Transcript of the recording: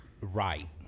right